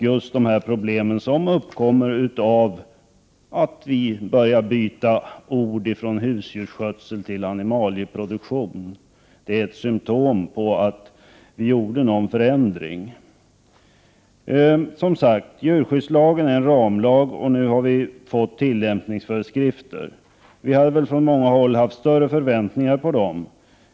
Just de problem som uppkommer på grund av att vi börjar byta ord, från husdjursskötsel till animalieproduktion, är ett symptom på att det har gjorts någon förändring. Djurskyddslagen är alltså en ramlag, och det har nu kommit tillämpningsföreskrifter. Vi hade från många håll större förväntningar på dem.